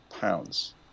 pounds